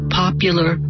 popular